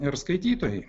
ir skaitytojai